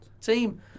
team